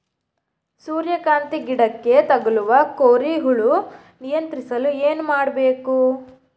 ಸೂರ್ಯಕಾಂತಿ ಗಿಡಕ್ಕೆ ತಗುಲುವ ಕೋರಿ ಹುಳು ನಿಯಂತ್ರಿಸಲು ಏನು ಮಾಡಬೇಕು?